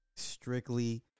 strictly